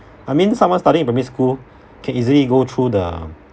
I mean someone studying in primary school can easily go through the